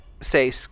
say